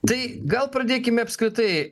tai gal pradėkime apskritai